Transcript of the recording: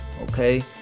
Okay